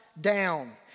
down